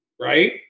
Right